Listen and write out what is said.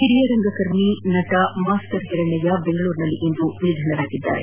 ಹಿರಿಯ ರಂಗಕರ್ಮಿ ನಟ ಮಾಸ್ಟರ್ ಹಿರಣ್ಣಯ್ಯ ಬೆಂಗಳೂರಿನಲ್ಲಿಂದು ನಿಧನರಾಗಿದ್ದಾರೆ